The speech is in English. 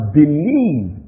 believe